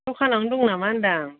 दखानावनो दं नामा होनदां